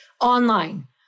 online